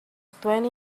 twenty